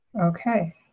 Okay